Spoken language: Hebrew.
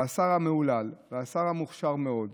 והשר המהולל והשר המוכשר מאוד,